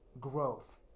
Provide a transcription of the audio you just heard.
growth